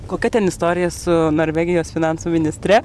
kokia ten istorija su norvegijos finansų ministre